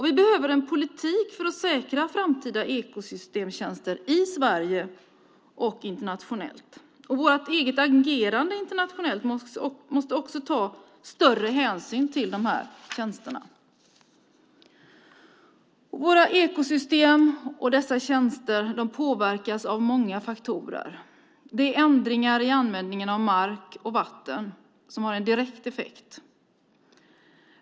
Vi behöver en politik för att säkra framtida ekosystemtjänster i Sverige och internationellt. I vårt eget agerande internationellt måste vi också ta större hänsyn till de här tjänsterna. Våra ekosystem och dessa tjänster påverkas av många faktorer. Det är ändringar i användningen av mark och vatten som har en direkt effekt.